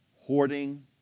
hoarding